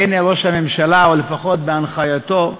והנה, ראש הממשלה, או לפחות בהנחייתו,